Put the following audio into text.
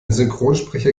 synchronsprecher